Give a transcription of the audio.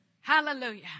Hallelujah